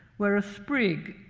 where a sprig,